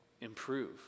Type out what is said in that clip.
improve